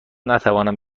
نتوانم